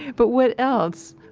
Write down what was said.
but what else?